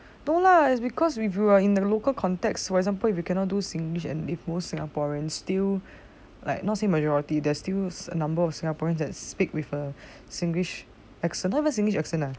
no lah it's because we grew up we are in a local context for example if you cannot do singlish and if most singaporeans still like not say majority there are still a number of singaporeans speak with a singlish accent not even singlish accent ah